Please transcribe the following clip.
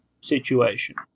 situation